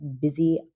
busy